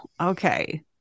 okay